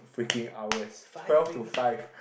freaking hours twelve to five